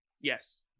Yes